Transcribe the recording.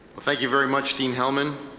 well thank you very much dean hellman,